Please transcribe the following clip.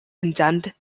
condemned